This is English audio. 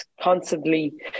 constantly